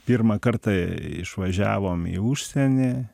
pirmą kartą išvažiavom į užsienį